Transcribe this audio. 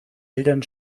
eltern